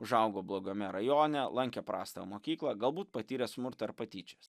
užaugo blogame rajone lankė prastą mokyklą galbūt patyrė smurtą ar patyčias